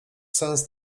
sens